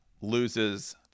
loses